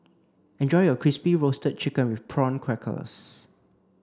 enjoy your crispy roasted chicken with prawn crackers